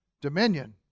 dominion